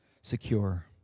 secure